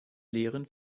lehren